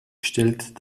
stellt